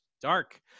dark